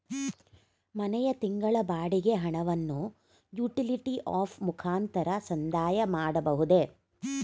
ಮನೆಯ ತಿಂಗಳ ಬಾಡಿಗೆ ಹಣವನ್ನು ಯುಟಿಲಿಟಿ ಆಪ್ ಮುಖಾಂತರ ಸಂದಾಯ ಮಾಡಬಹುದೇ?